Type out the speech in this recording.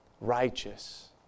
righteous